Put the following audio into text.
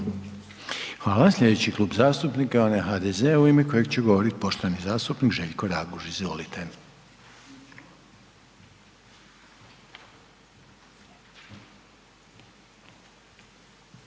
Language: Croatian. Hvala. Slijedeći Klub zastupnika je onaj HDZ-a u ime kojeg će govoriti poštovani zastupnik Željko Raguž, izvolite.